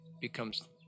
becomes